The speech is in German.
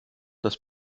das